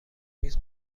میز